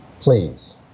please